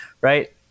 right